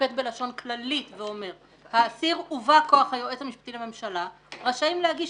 שנוקט לשון כללית ואומר: האסיר ובא כוח היועץ המשפטי לממשלה רשאים להגיש